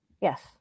Yes